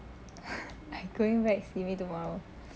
I going back simei tomorrow